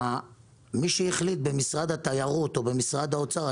מי שהחליט במשרד התיירות או במשרד האוצר,